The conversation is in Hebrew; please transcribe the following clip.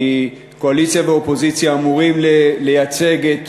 כי קואליציה ואופוזיציה אמורות לייצג את